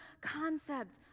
concept